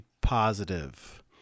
positive